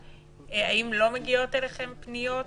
האם לא מגיעות אליכם פניות